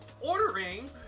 ordering